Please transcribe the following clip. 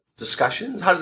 discussions